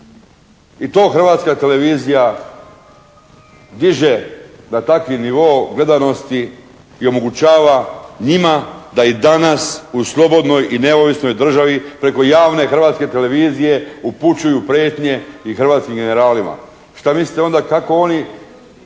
I to Hrvatska televizija diže na takvi nivo gledanosti i omogućava njima da i danas u slobodnoj i neovisnoj državi preko javne Hrvatske televizije upućuju prijetnje i hrvatskim generalima. Šta mislite onda kako oni